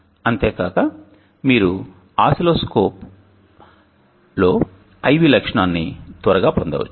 అంతేకాక మీరు ఆసిల్లోస్కోప్లో I V లక్షణాన్ని త్వరగా పొందవచ్చు